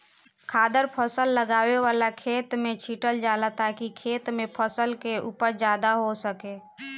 खादर फसल लगावे वाला खेत में छीटल जाला ताकि खेत में फसल के उपज ज्यादा हो सके